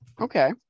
Okay